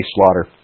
slaughter